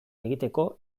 egiteko